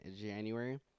January